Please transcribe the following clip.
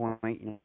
point